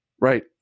right